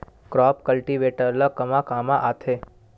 Crop cultivator ला कमा काम आथे?